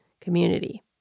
community